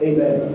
Amen